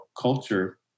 culture